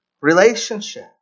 relationship